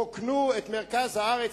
רוקנו משוטרים את מרכז הארץ,